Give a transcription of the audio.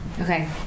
Okay